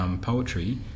poetry